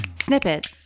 Snippet